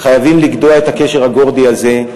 חייבים לגדוע את הקשר הגורדי הזה,